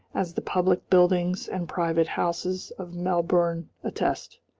as the public buildings and private houses of melbourne attest.